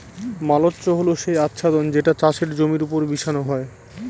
mulch হল সেই আচ্ছাদন যেটা চাষের জমির ওপর বিছানো হয়